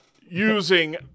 using